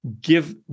give